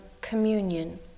communion